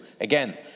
Again